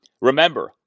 Remember